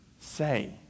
say